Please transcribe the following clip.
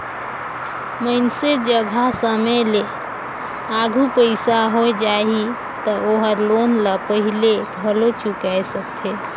मइनसे जघा समे ले आघु पइसा होय जाही त ओहर लोन ल पहिले घलो चुकाय सकथे